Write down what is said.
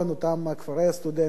אותם כפרי הסטודנטים,